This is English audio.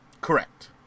Correct